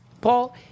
Paul